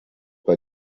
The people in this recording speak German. bei